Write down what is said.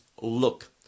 look